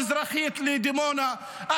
מזרחית לדימונה,